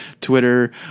Twitter